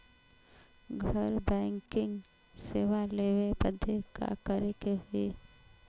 घर बैकिंग सेवा लेवे बदे का करे के होई?